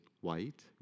white